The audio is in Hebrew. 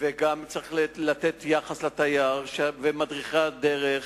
וגם צריך לתת יחס לתייר, ומורי הדרך.